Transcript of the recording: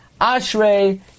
Ashrei